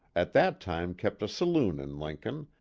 at that time kept a saloon in lincoln,